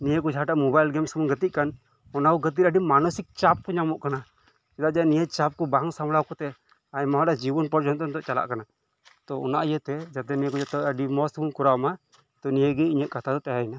ᱱᱤᱭᱟᱹ ᱡᱟᱦᱟᱸᱴᱟᱜ mobile games ᱵᱚᱱ ᱜᱟᱛᱮᱜ ᱠᱟᱱ ᱚᱱᱟ ᱠᱚ ᱜᱟᱛᱮᱜ ᱨᱮ ᱟᱰᱤ ᱢᱟᱱᱚᱥᱤᱠ ᱪᱟᱯ ᱠᱚ ᱧᱟᱢᱚᱜ ᱠᱟᱱᱟ ᱪᱮᱫᱟᱜ ᱡᱮ ᱱᱤᱭᱟᱹ ᱠᱚ ᱪᱟᱯ ᱠᱚ ᱵᱟᱝ ᱥᱟᱸᱵᱽᱲᱟᱣ ᱠᱟᱛᱮᱫ ᱟᱭᱢᱟ ᱦᱚᱲᱟᱜ ᱡᱤᱵᱚᱱ ᱯᱚᱨᱡᱚᱱᱛᱚ ᱪᱟᱞᱟᱜ ᱠᱟᱱᱟ ᱛᱚ ᱚᱱᱟ ᱤᱭᱟᱹᱛᱮ ᱡᱟᱛᱮ ᱱᱤᱭᱟᱹ ᱠᱚ ᱡᱟᱛᱮ ᱟᱰᱤ ᱢᱚᱸᱡᱽ ᱵᱚᱱ ᱠᱚᱨᱟᱣ ᱢᱟ ᱛᱚ ᱱᱤᱭᱟᱹᱜᱮ ᱤᱧᱟᱹᱜ ᱠᱟᱛᱷᱟ ᱫᱚ ᱛᱟᱦᱮᱸᱭ ᱱᱟ